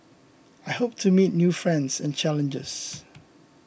I hope to meet new friends and challenges